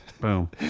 Boom